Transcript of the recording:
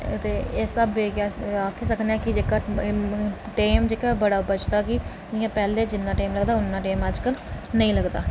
ते इस स्हाबै दे आक्खी सकने आं कि जेह्का टैम जेह्ड़ा बड़ा बचदा की उआं जिन्ना टाईम पैह्लें लगदा उन्ना टाईम अज्जकल नेईं लगदा